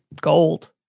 gold